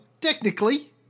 technically